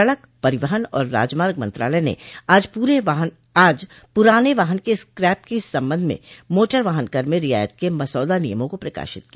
सड़क परिवहन और राजमार्ग मंत्रालय ने आज पुराने वाहन के स्क्रैप के इस संबंध में मोटर वाहन कर में रियायत के मसौदा नियमों को प्रकाशित किया